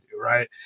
Right